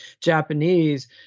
Japanese